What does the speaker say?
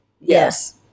yes